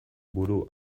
buru